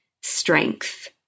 strength